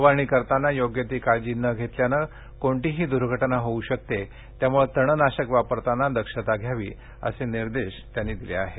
फवारणी करताना योग्य ती काळजी न घेतल्याने कोणतीही दुर्घटना होऊ शकते त्यामुळे तणनाशक फवारताना दक्षता घ्यावी असे निर्देश त्यांनी दिले आहेत